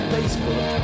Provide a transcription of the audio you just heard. Facebook